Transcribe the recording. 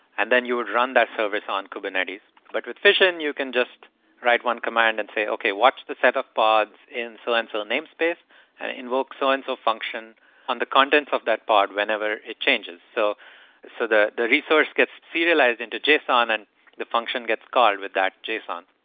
and then you would run the service on kubernetes. but with fission, you can just write one command and say, okay, watch the set of bots in so and so namespace and invoke so so-and-so so function on the contents of that bot whenever it changes. so so the the resource gets serialized into json and the function gets called with that json,